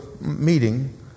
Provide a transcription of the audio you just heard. meeting